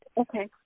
Okay